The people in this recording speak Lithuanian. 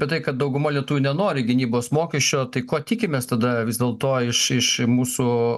apie tai kad dauguma lietuvių nenori gynybos mokesčio tai ko tikimės tada vis dėl to iš iš mūsų